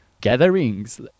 gatherings